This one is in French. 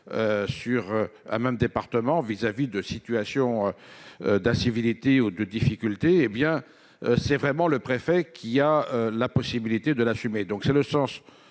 sur un même département vis-à-vis de situations d'incivilité ou de difficultés, hé bien c'est vraiment le préfet qui a la possibilité de l'assumer, donc c'est le sens